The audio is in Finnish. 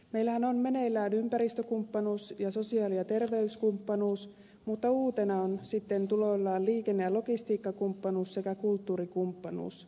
meillähän on meneillään ympäristökumppanuus ja sosiaali ja terveyskumppanuus mutta tuoreimpina ovat sitten tulollaan liikenne ja logistiikkakumppanuus sekä kulttuurikumppanuus